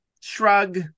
shrug